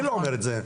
אני לא אומר את זה,